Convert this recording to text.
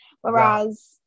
whereas